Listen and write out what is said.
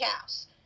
house